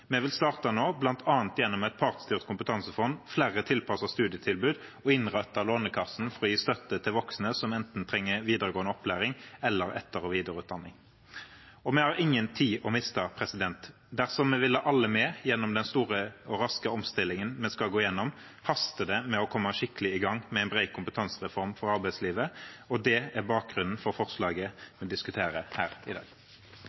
Vi vil starte nå, bl.a. gjennom et partsstyrt kompetansefond og flere tilpassede studietilbud, og innrette Lånekassen slik at den kan gi støtte til voksne som enten trenger videregående opplæring eller etter- og videreutdanning. Vi har ingen tid å miste. Dersom vi vil ha alle med i den store og raske omstillingen vi skal gå igjennom, haster det med å komme skikkelig i gang med en bred kompetansereform for arbeidslivet. Det er bakgrunnen for forslaget vi diskuterer her i dag.